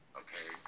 okay